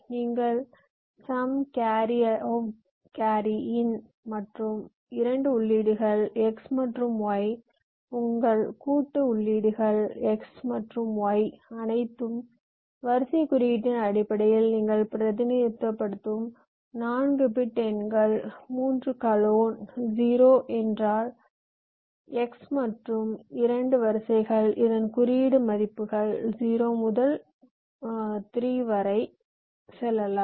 நீங்கள் sum carry out carry in மற்றும் 2 உள்ளீடுகள் X மற்றும் Y உங்கள் கூட்டு உள்ளீடுகள் X மற்றும் Y அனைத்தும் வரிசை குறியீட்டின் அடிப்படையில் நீங்கள் பிரதிநிதித்துவப்படுத்தும் 4 பிட் எண்கள் 3 கலோன் 0 என்றால் X மற்றும் 2 வரிசைகள் இதன் குறியீட்டு மதிப்புகள் 0 முதல் 3 வரை செல்லலாம்